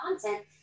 content